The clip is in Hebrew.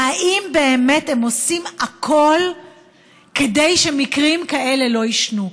והאם באמת הם עושים הכול כדי שמקרים כאלה לא יישנו?